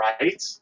right